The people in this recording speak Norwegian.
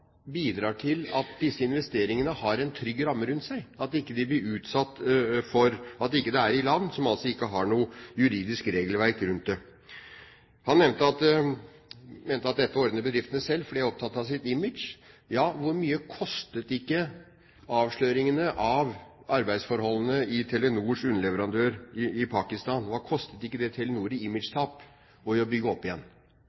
bidrar til at disse investeringene har en trygg ramme rundt seg, at det ikke skjer i land som ikke har noe juridisk regelverk rundt det. Rytman mente at dette ordnet bedriftene selv, fordi de er opptatt av sitt image. Ja, hvor mye kostet ikke avsløringene av arbeidsforholdene hos Telenors underleverandør i Pakistan? Hva kostet ikke det